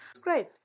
great